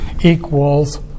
equals